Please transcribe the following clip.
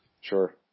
Sure